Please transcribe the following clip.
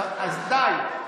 אז די.